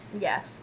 yes